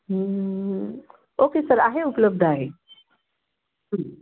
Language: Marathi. ओके सर आहे उपलब्ध आहे